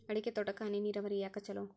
ಅಡಿಕೆ ತೋಟಕ್ಕ ಹನಿ ನೇರಾವರಿಯೇ ಯಾಕ ಛಲೋ?